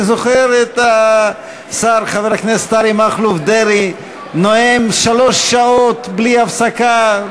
אני זוכר את השר חבר הכנסת אריה מכלוף דרעי נואם שלוש שעות בלי הפסקה,